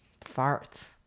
Farts